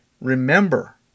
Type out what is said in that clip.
Remember